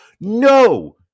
No